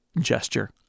gesture